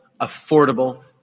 affordable